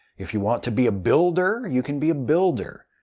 if you want to be a builder, you can be a builder.